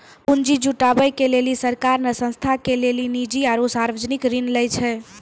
पुन्जी जुटावे के लेली सरकार ने संस्था के लेली निजी आरू सर्वजनिक ऋण लै छै